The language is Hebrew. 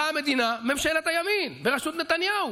באה המדינה, ממשלת הימין בראשות נתניהו,